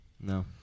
No